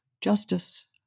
justice